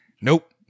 Nope